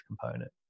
component